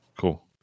Cool